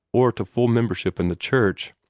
or to full membership in the church.